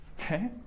Okay